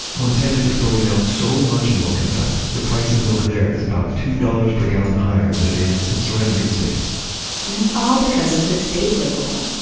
montana is throwing out so much milk, in fact, the price of milk there is about two dollars per gallon higher than it is in surrounding states and it's all because of this date label.